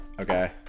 okay